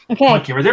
Okay